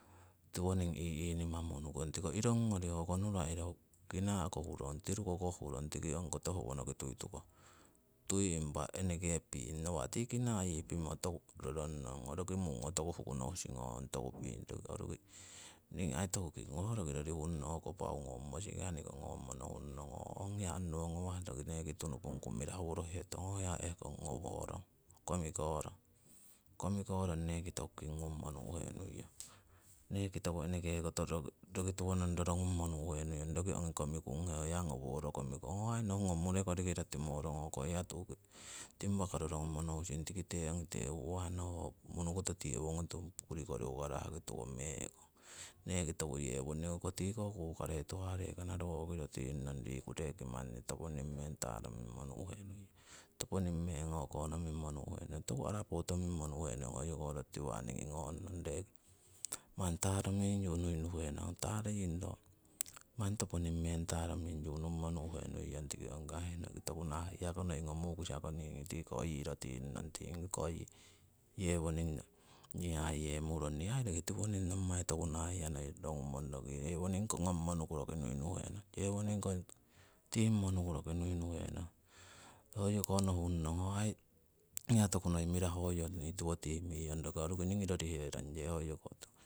Tiwoning i- inimamo unukong tiko irongori hoko nura kina'ko hurong tirukokoh hurong tiki ongikoto howonoki tuitukong, tui impa eneke ping, nawa' tii kinaa yii pimo toku rorong nong. Roki mungo toku huku nohusing oh ong toku hung, roki roruki ningii aii toku kingugong ho aii roki rorihung nong, hoko aii pau ngommo sikahani ngommo nohunnong ong hewa onnowo ngawah roki neki tunupungku mirahu worohetong, ho hiya ehkong ngoworong komikorong. Komikorong neki toku king ngummo nu'henuiyong. Neki toku roki tiwo rorongummo nu'henuiyong, roki ongi komikunghe ho hiya ngoworo komikorong. Hoho aii nohugong murekoriki rotimorong ho hiya tu'ki timpako rorongumo nohusing tikite ongite u'wahno ho munutuko tii owongoto purikori hukarahki tukome'kong. Neki toku yewoning hoko tiko kukarei tuhah rekana riku roting nong reki manni toponing meng taroming monu'henuiyong. Toku arapotomimmo nu'henuiyong hoyoko roti tiwaa ningi ngong nong, reki manni taromingyu nuinuhenong toku arapotomingmonu'henuiong hoyoko roti tiwa' ningii ngong nong. Taroying ro, manni toponing meng taromi' nungmo nu'henuiyong tiki ongi kahihnoki, tokuko nahah hewa mukamahko tiko yi roting nong, yewoning nii hayemurong. Nii aii roki tiwoning, nommai toku nahah hewa noi rorongumo, hewoningko ngommonuku roki nuinuhenong, yewoningko timmonuku roki nuinuhenong. Hoyoko nohun nong ho aii hewo tokunoi hoyo ni tiwo timiyong. Roki roruki ningii rohiherong yong hoyoko.